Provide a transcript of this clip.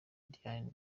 diane